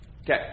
Okay